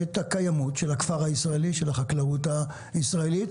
את הקיימות של הכפר הישראלי; של החקלאות הישראלית.